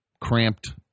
cramped